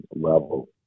level